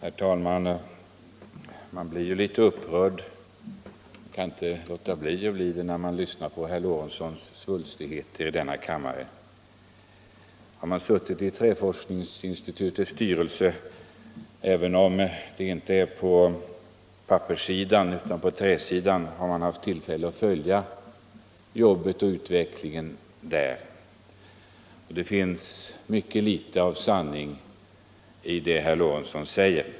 Herr talman! Man kan inte undgå att bli upprörd när man lyssnar till herr Lorentzons svulstigheter här i kammaren. Den som suttit i Träforskningsinstitutets styrelse — låt vara på träsidan och inte på papperssidan — och haft tillfälle att följa jobbet och utvecklingen där vet att det finns mycket litet av sanning i det herr Lorentzon säger.